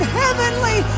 heavenly